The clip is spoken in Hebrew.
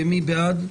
מי בעד?